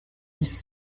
dix